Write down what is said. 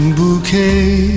bouquet